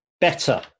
Better